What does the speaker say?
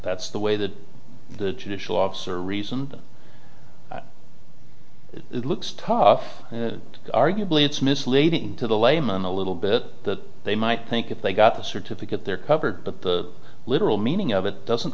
that's the way that the judicial officer reason it looks tough arguably it's misleading to the layman a little bit that they might think if they got the certificate they're covered but the literal meaning of it doesn't